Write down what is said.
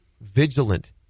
vigilant